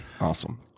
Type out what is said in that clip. Awesome